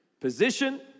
Position